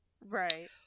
right